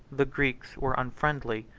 the greeks were unfriendly,